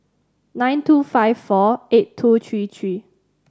nine two five four eight two three three